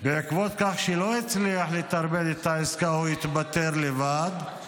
בעקבות זה שלא הצליח לטרפד את העסקה הוא התפטר לבד.